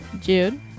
Jude